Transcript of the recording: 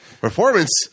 Performance